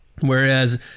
Whereas